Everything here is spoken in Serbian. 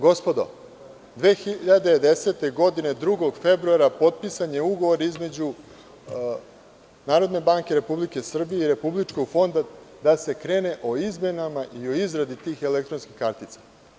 Gospodo, 2. februara 2010. godine je potpisan Ugovor između Narodne banke Republike Srbije i Republičkog fonda da se krene sa izradom tih elektronskih kartica.